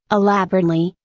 elaborately,